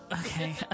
okay